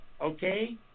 Okay